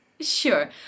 Sure